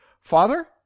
Father